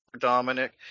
Dominic